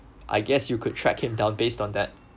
I guess you could track him down based on that